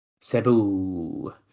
Cebu